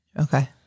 Okay